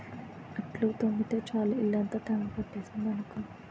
అంట్లు తోమితే చాలు ఇల్లంతా తేమ పట్టేసింది అనుకో